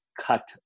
cut